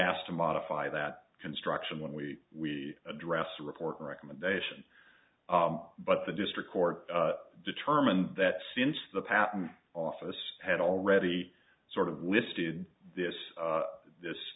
asked to modify that construction when we we addressed a report recommendation but the district court determined that since the patent office had already sort of listed this